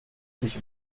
sich